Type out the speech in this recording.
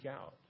out